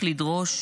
זכרו לברכה.